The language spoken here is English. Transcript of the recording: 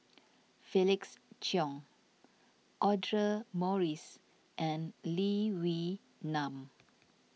Felix Cheong Audra Morrice and Lee Wee Nam